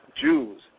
Jews